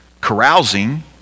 carousing